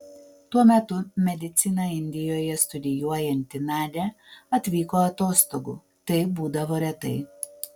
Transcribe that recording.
tuo metu mediciną indijoje studijuojanti nadia atvyko atostogų tai būdavo retai